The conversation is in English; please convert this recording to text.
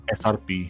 srp